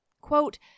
Quote